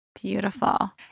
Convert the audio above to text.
Beautiful